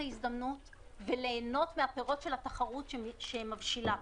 ההזדמנות וליהנות מן הפירות של התחרות שמבשילה.